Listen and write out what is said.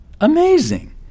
amazing